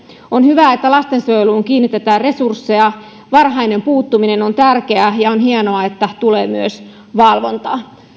on hyvä että lastensuojeluun kiinnitetään resursseja varhainen puuttuminen on tärkeää ja on hienoa että tulee myös valvontaa